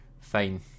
Fine